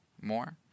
more